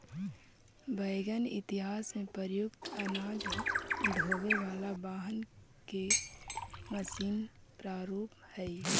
wagon इतिहास में प्रयुक्त अनाज ढोवे वाला वाहन के मशीन प्रारूप हई